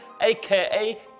aka